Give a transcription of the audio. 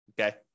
okay